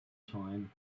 time